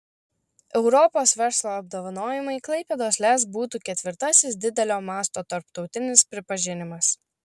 europos verslo apdovanojimai klaipėdos lez būtų ketvirtasis didelio masto tarptautinis pripažinimas